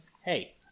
Hey